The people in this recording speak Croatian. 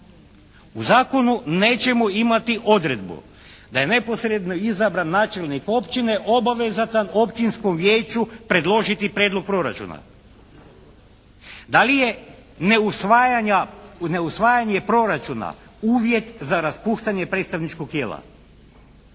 U zakonu nećemo imati odredbu da je neposredno izabran načelnik općine obavezatan općinskom vijeću predložiti prijedlog proračuna. Da li je neusvajanje proračuna uvjet za raspuštanje predstavničkog tijela?